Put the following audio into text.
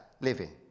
living